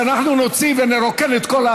שאנחנו נוציא ונרוקן את כל,